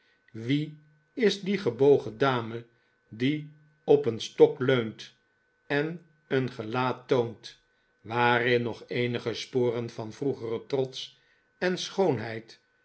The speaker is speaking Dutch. wie is die gebogen dame die op een stok leunt en een gelaat toont waarin nog eenige sporen van vroegeren trots en schoonheid